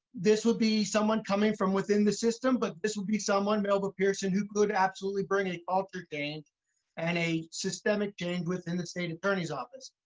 this will be someone coming from within the system, but this will be someone melba pearson who could absolutely bring a culture change and a systemic change within the state attorney's office.